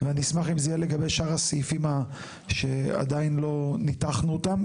ואני אשמח אם זה יהיה לגבי שאר הסעיפים שעדיין לא ניתחנו אותם.